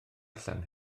allan